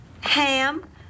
ham